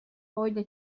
oyla